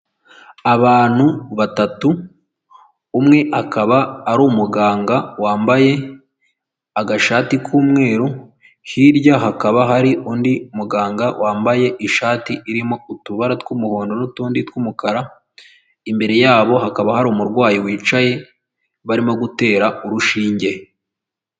Abantu batatu, umwe akaba ari umuganga wambaye agashati k'umweru, hirya hakaba hari undi muganga wambaye ishati irimo utubara tw'umuhondo n'utundi tw'umukara, imbere yabo hakaba hari umurwayi wicaye barimo gutera urushinge.